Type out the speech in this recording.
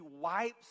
wipes